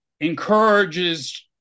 encourages